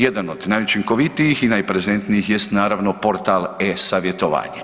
Jedan od najučinkovitijih i najprezentnijih jest naravno portal e-Savjetovanje.